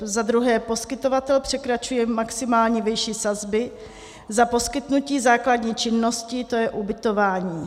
Za druhé, poskytovatel překračuje maximální výši sazby za poskytnutí základní činnosti, to je ubytování.